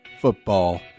football